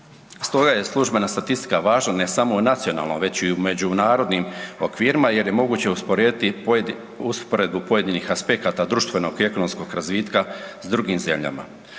Stoga je službena statistika važna ne samo u nacionalno već i u međunarodnim okvirima jer je moguće usporediti usporedbu pojedinih aspekata društvenog i ekonomskog razvitka s drugim zemljama.